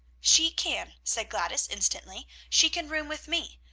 she can, said gladys instantly. she can room with me.